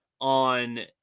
on